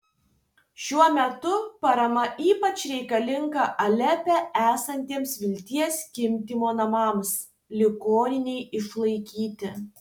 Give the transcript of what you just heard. šiuo metu parama ypač reikalinga alepe esantiems vilties gimdymo namams ligoninei išlaikyti